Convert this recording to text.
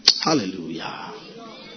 Hallelujah